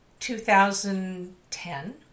2010